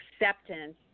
Acceptance